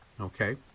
Okay